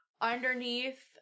underneath